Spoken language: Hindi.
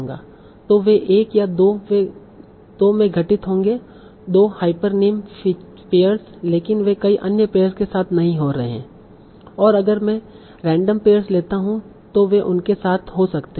तो वे 1 या 2 वे घटित होंगे 2 हाइपरनिम पेयर्स लेकिन वे कई अन्य पेयर्स के साथ नहीं हो रहे हैं और अगर मैं रैंडम पेयर्स लेता हूं तो वे उनके साथ हो सकते हैं